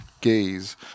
gaze